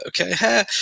okay